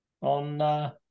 on